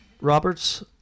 Roberts